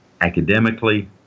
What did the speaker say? academically